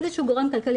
איזה שהוא גורם כלכלי,